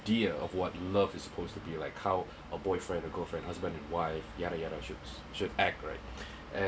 idea of what love is supposed to be like how a boyfriend or girlfriend husband and wife yada yada should should act right